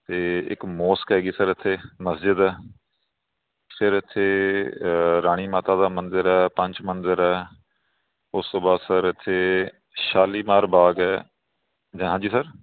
ਅਤੇ ਇੱਕ ਮੋਸਕ ਹੈਗੀ ਸਰ ਇੱਥੇ ਮਸਜ਼ਿਦ ਹੈ ਫਿਰ ਇੱਥੇ ਰਾਣੀ ਮਾਤਾ ਦਾ ਮੰਦਰ ਹੈ ਪੰਚ ਮੰਦਰ ਹੈ ਉਸ ਤੋਂ ਬਾਅਦ ਸਰ ਇੱਥੇ ਸ਼ਾਲੀਮਾਰ ਬਾਗ਼ ਹੈ ਹਾਂਜੀ ਸਰ